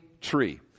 tree